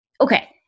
Okay